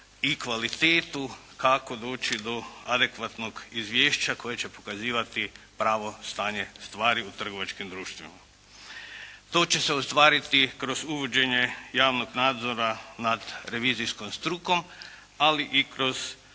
i kvalitetu kako doći do adekvatnog izvješća koje će pokazivati pravo stanje stvari u trgovačkim društvima. To će se ostvariti kroz uvođenje javnog nadzora nad revizijskom strukom, ali i kroz